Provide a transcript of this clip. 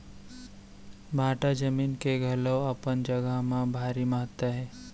भाठा जमीन के घलौ अपन जघा म भारी महत्ता हे